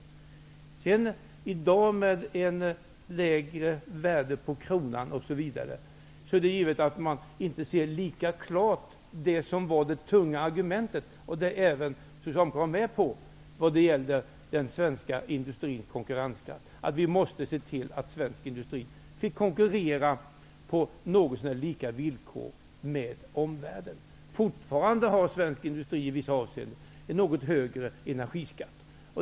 I dagens läge, med ett lägre värde på kronan osv., är det givet att man inte ser lika klart på vad som var det tunga argumentet, vilket även Socialdemokraterna var med på, nämligen den svenska industrins konkurrenskraft, dvs. att vi måste se till att svensk industri får konkurrera på någorlunda lika villkor med omvärlden. Fortfarande har svensk industri i vissa avseenden en något högre energiskatt.